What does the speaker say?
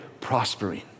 prospering